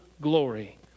glory